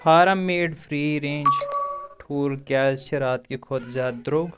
form made free range ٹھوٗل کیٛازِ چھ راتہٕ کہِ کھۄتہٕ زیادٕ درٛوگ